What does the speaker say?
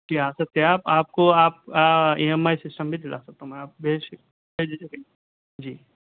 کیا سکتے آپ آپ کو آپ ای ایم آئی سسٹم بھی دلا سکتا ہوں میں بے جھجھک بے جھجھک جی